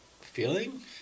feeling